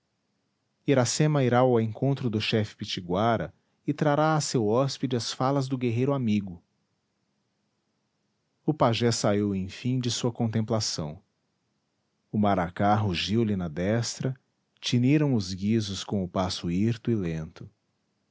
iracema irá ao encontro do chefe pitiguara e trará a seu hóspede as falas do guerreiro amigo o pajé saiu enfim de sua contemplação o maracá rugiu lhe na destra tiniram os guizos com o passo hirto e lento